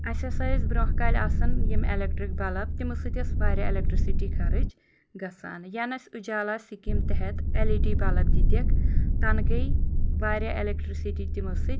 اسہِ ہسا ٲسۍ برٛونٛہہ کالہِ آسان یِم ایٚلیٚکٹرٛک بَلب تِمو سۭتۍ ٲسۍ واریاہ ایٚلیٚکٹرٛسٹی خرٕچ گژھان ینہٕ اسہِ اُجالا سِکیٖم تحت ایٚل ای ڈی بَلب دِتِکھ تَنہٕ گٔے واریاہ ایٚلیٚکٹرٛسٹی تِمو سۭتۍ